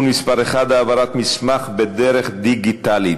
מס' 10) (העברת מסמך בדרך דיגיטלית),